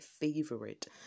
favorite